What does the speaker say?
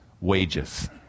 wages